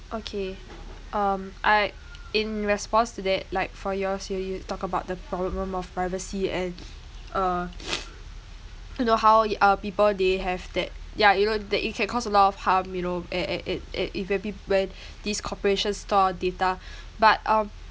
okay um I in response to that like for yours here you talk about the problem of privacy and uh you know how y~ uh people they have that yeah you know that it can cause a lot of harm you know a~ a~ a~ a~ if when peo~ when these corporations store our data but um